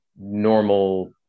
normal